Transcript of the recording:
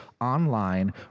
online